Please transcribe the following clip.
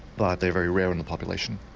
but they're very rare in the population.